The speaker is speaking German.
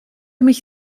mich